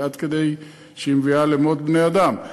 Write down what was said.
היא עד כדי כך קשה שהיא מביאה למות בני-אדם,